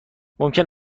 ممکن